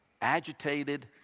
agitated